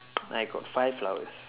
I got five flowers